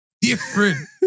different